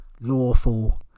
lawful